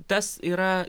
tas yra